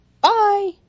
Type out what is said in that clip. Bye